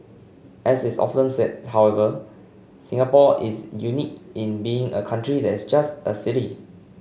as is often said however Singapore is unique in being a country that's just a city